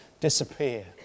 disappear